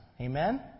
Amen